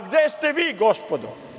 Gde ste vi gospodo?